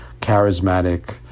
charismatic